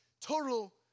total